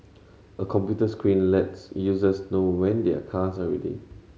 a computer screen lets users know when their cars are ready